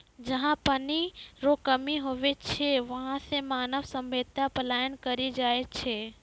जहा पनी रो कमी हुवै छै वहां से मानव सभ्यता पलायन करी जाय छै